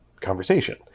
conversation